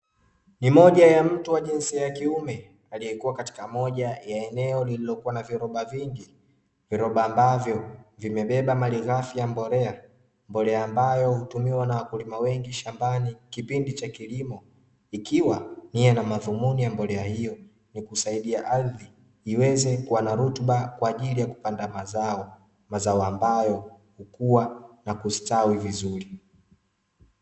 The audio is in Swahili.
Ni moja ya mtu wa jinsia ya kiume aliyekuwa katika moja ya eneo lililokuwa na viroba vingi, viroba ambavyo vimebeba mali ghafi ya mbolea mbolea ambayo hutumiwa na wakulima wengi shambani kipindi cha kilimo, ikiwa na madhumuni ya mbolea hiyo ni kusaidia ardhi iweze kuwa na rutuba kwa ajili ya kupanda mazao mazao ambayo hukuwa na kustawi vizuri.